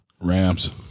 Rams